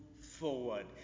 forward